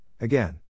again